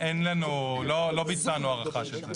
לא ביצענו הערכה של זה.